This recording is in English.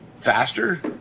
faster